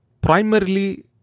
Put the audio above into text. Primarily